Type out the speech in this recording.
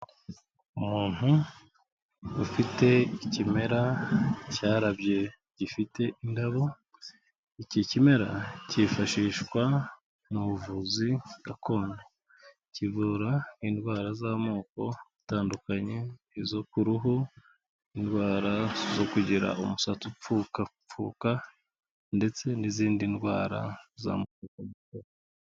Umuntu ufite ikimera cyarabye gifite indabo, iki kimera cyifashishwa mu buvuzi gakondo, kivura indwara z'amoko atandukanye izo ku ruhu, indwara zo kugira umusatsi upfukapfuka ndetse n'izindi ndwara z'amoko atandukanye.